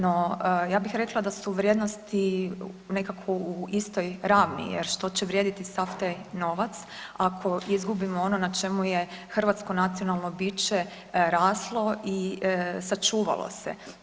No, ja bih rekla da su vrijednosti nekako u istoj ravni jer što će vrijediti sav taj novac ako izgubimo ono na čemu je hrvatsko nacionalno biće raslo i sačuvalo se.